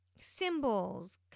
symbols